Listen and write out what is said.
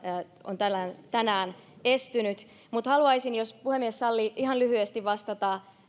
on tänään estynyt mutta haluaisin jos puhemies sallii ihan lyhyesti vastata